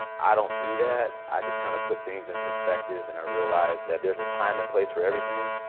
i don't do that. i just kind of put things in perspective. and i realize that there's a time and place for everything.